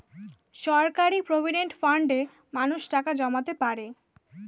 সরকারি প্রভিডেন্ট ফান্ডে মানুষ টাকা জমাতে পারে